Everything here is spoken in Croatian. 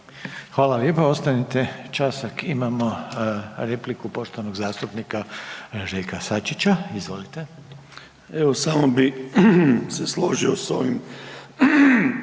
Hvala lijepa. Ostanite časak imamo repliku poštovanog zastupnika Željka Sačića. Izvolite. **Sačić, Željko (Hrvatski